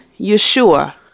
Yeshua